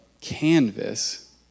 canvas